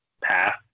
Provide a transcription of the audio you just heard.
path